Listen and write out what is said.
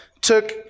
took